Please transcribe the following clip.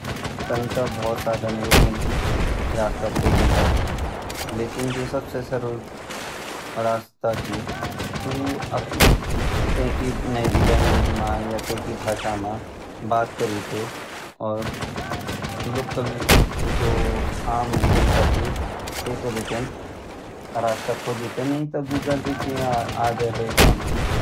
तन ता भोत साधन वेगिन रास्ता खोजन का लेकिन जू सबसे सरल रास्ता ची ता ऊ वखे लैंग्वेज मा या भाषा मा बात करी ते और लोकल जो आम जनता ची तेगा बटिन रास्ता खोजी ते नी ता गूगल भी ची आजा डेट मा।